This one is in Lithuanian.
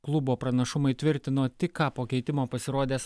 klubo pranašumą įtvirtino tik ką po keitimo pasirodęs